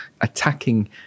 attacking